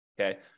Okay